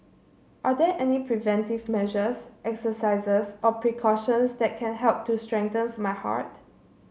are there any preventive measures exercises or precautions that can help to strengthen my heart